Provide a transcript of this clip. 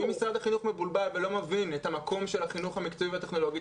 אם משרד החינוך מבולבל ולא מבין את המקום של החינוך המקצועי והטכנולוגי,